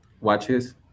watches